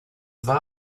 war